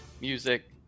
Music